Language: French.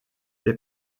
les